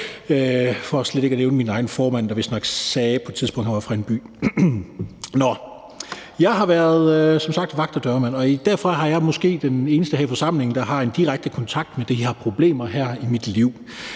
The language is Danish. for slet ikke at nævne min egen formand, der vistnok på et tidspunkt sagde, at han var fra en vis by. Nå, jeg har som sagt været vagt og dørmand, og derfor er jeg måske den eneste her i forsamlingen, der i mit eget liv har haft en direkte kontakt med de her problemer.